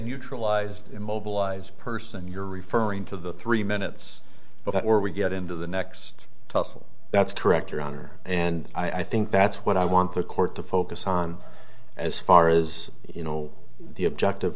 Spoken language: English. utra lies immobilize person you're referring to the three minutes before we get into the next tussle that's correct your honor and i think that's what i want the court to focus on as far as you know the objective